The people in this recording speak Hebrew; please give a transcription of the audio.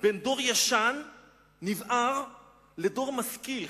בין דור ישן ונבער לדור משכיל,